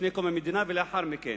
לפני קום המדינה ולאחר מכן.